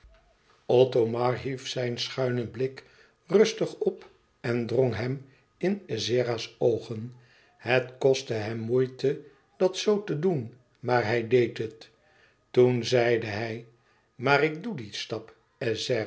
hief zijn schuinen blik rustig op en drong hem in ezzera's oogen het kostte hem moeite dat zoo te doen maar hij deed het toen zeide hij maar ik doe dien stap